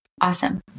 Awesome